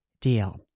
deal